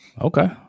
Okay